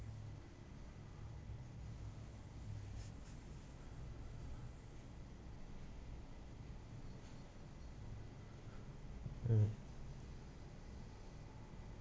mm